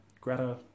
greta